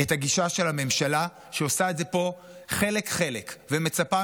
את הגישה של הממשלה שעושה את זה פה חלק-חלק ומצפה